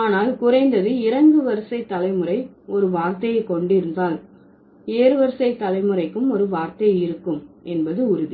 ஆனால் குறைந்தது இறங்குவரிசை தலைமுறை ஒரு வார்த்தையை கொண்டிருந்தால் ஏறுவரிசை தலைமுறைக்கும் ஒரு வார்த்தை இருக்கும் என்பது உறுதி